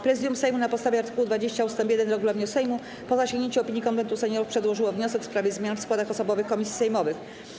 Prezydium Sejmu na podstawie art. 20 ust. 1 regulaminu Sejmu, po zasięgnięciu opinii Konwentu Seniorów, przedłożyło wniosek w sprawie zmian w składach osobowych komisji sejmowych.